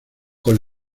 con